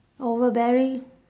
overbearing